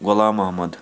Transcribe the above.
Ghulam Mohammad